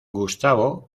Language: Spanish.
gustavo